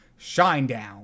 Shinedown